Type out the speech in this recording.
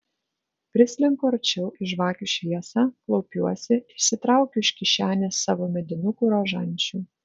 prislenku arčiau į žvakių šviesą klaupiuosi išsitraukiu iš kišenės savo medinuką rožančių